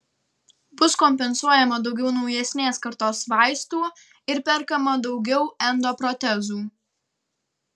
bus kompensuojama daugiau naujesnės kartos vaistų ir perkama daugiau endoprotezų